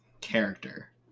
character